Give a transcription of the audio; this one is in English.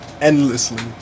endlessly